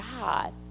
God